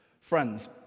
Friends